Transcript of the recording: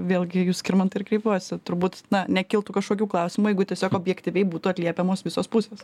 vėlgi į jus skirmantai ir kreipiuosi turbūt na nekiltų kažkokių klausimų jeigu tiesiog objektyviai būtų atliepiamos visos pusės